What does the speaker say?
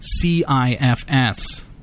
CIFS